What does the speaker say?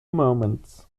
moments